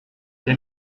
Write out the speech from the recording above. der